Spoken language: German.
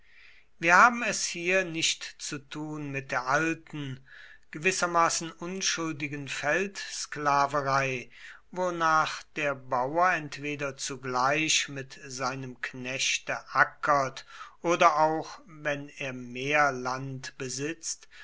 wir haben es hier nicht zu tun mit der alten gewissermaßen unschuldigen feldsklaverei wonach der bauer entweder zugleich mit seinem knechte ackert oder auch wenn er mehr land besitzt